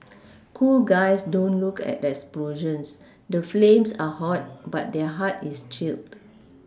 cool guys don't look at explosions the flames are hot but their heart is chilled